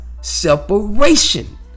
separation